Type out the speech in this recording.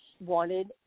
wanted